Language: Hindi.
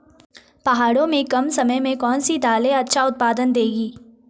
पहाड़ों में कम समय में कौन सी दालें अच्छा उत्पादन देंगी?